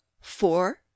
four